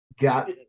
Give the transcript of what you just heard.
got